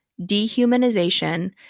dehumanization